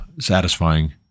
satisfying